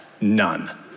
none